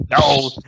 No